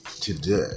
today